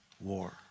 War